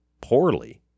poorly—